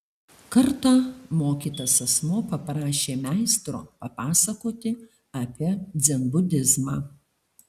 kartą mokytas asmuo paprašė meistro papasakoti apie dzenbudizmą